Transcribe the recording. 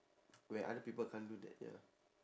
where other people can't do that ya